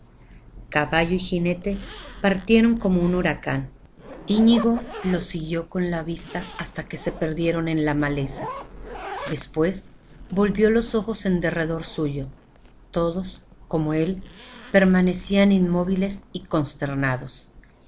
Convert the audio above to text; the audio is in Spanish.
y jinete partieron como un huracán iñigo los siguió con la vista hasta que se perdieron en la maleza después volvió los ojos en derredor suyo todos como él permanecían inmóviles y consternados